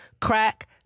crack